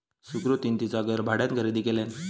सुकृतीन तिचा घर भाड्यान खरेदी केल्यान